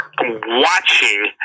watching